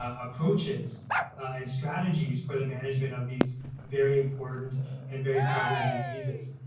ah approaches and strategies for the management of these very important and very prevalent diseases.